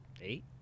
eight